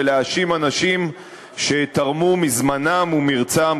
ולהאשים אנשים שתרמו מזמנם וממרצם,